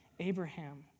Abraham